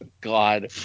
God